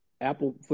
Apple